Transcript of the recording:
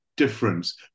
Difference